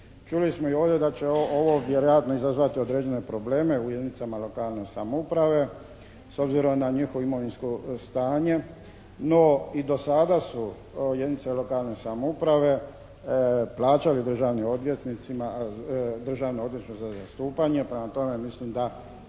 Čuli smo i ovdje da će ovo vjerojatno izazvati određene probleme u jedinicama lokalne samouprave s obzirom na njihovo imovinsko stanje no i do sada su jedinice lokalne samouprave plaćale državnim odvjetnicima, Državnom odvjetništvu za zastupanje. Prema tome mislim da